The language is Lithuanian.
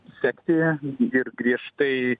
sekti ir griežtai